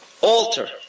alter